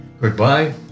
goodbye